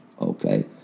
okay